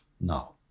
now